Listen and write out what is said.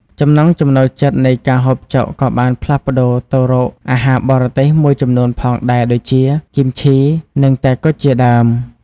ចំណង់ចំណូលចិត្តនៃការហូបចុកក៏បានផ្លាស់ប្តូរទៅរកអាហារបរទេសមួយចំនួនផងដែរដូចជា គីមឈី និងតែគុជជាដើម។